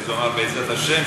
אז הוא אמר: בעזרת השם,